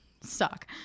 suck